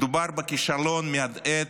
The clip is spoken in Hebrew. מדובר בכישלון מהדהד,